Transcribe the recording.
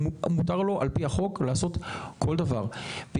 מותר לו על פי החוק לעשות כל דבר.